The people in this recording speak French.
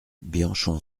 bianchon